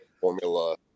formula